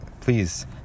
please